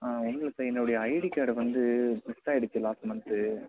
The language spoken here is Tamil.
ஒன்றுமில்லை சார் என்னுடைய ஐடி கார்டு வந்து மிஸ் ஆகிடுச்சு லாஸ்ட் மந்த்